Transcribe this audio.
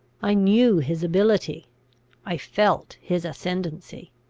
i knew his ability i felt his ascendancy.